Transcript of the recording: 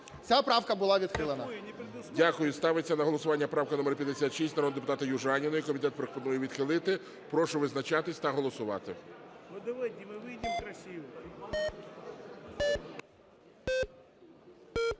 Ця правка була відхилена.